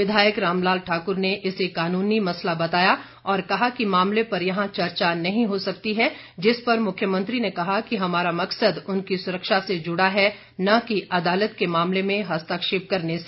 विधायक रामलाल ठाक्र ने इसे कानूनी मसला बताया और कहा कि मामले पर यहां चर्चा नहीं हो सकती है जिस पर मुख्यमंत्री ने कहा कि हमारा मकसद उनकी सुरक्षा से जुड़ा है न कि अदालत के मामले में हस्तक्षेप करने से